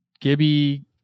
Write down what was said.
Gibby